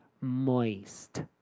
Moist